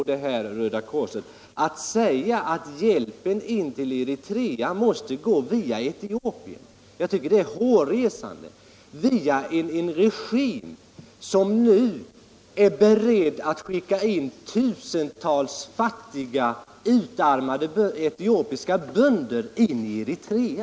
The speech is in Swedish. Det är hårresande att påstå att hjälpen till Eritrea måste gå via Etiopien, via en regim som nu är beredd att skicka in tusentals utarmade etiopiska bönder i Eritrea.